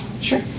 sure